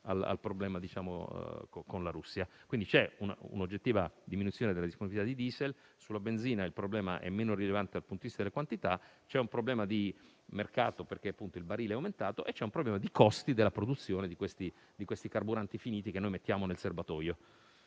cosa vado a memoria). Quindi, c'è un'oggettiva diminuzione della disponibilità di diesel. Sulla benzina il problema è meno rilevante dal punto di vista delle quantità. C'è un problema di mercato perché il costo del barile è aumentato e di costi della produzione di questi carburanti finiti che mettiamo nel serbatoio,